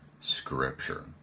Scripture